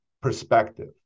perspective